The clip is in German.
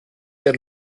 der